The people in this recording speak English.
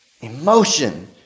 Emotion